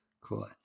Cool